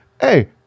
hey